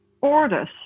orders